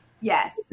Yes